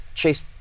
Chase